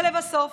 ולבסוף,